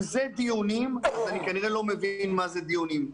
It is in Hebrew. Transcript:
אם זה דיונים, אני כנראה לא מבין מה זה דיונים.